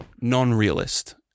non-realist